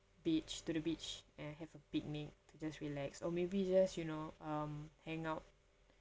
beach to the beach and have a picnic to just relax or maybe just you know um hang out